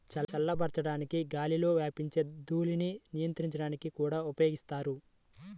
చల్లబరచడానికి గాలిలో వ్యాపించే ధూళిని నియంత్రించడానికి కూడా ఉపయోగిస్తారు